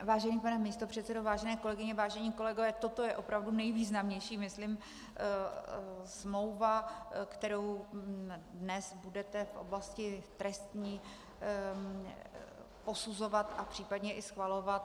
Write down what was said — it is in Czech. Vážený pane místopředsedo, vážené kolegyně, vážení kolegové, toto je opravdu nejvýznamnější, myslím, smlouva, kterou dnes budete v oblasti trestní posuzovat a případně i schvalovat.